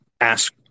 ask